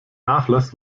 nachlass